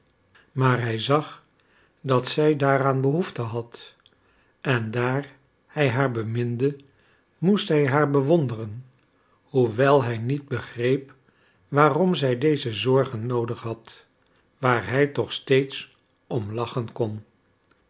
maar hij zag dat zij daaraan behoefte had en daar hij haar beminde moest hij haar bewonderen hoewel hij niet begreep waarom zij deze zorgen noodig had waar hij toch slechts om lachen kon